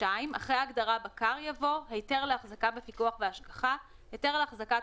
(2)אחרי ההגדרה "בקר" יבוא: ""היתר להחזקה בפיקוח והשגחה" היתר להחזקת